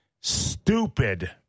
stupid